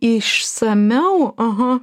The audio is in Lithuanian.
išsamiau aha